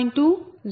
2 0